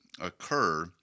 occur